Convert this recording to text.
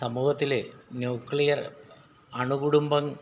സമൂഹത്തിൽ ന്യൂക്ലിയർ അണുകുടുംബങ്ങളായി